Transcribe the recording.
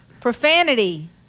profanity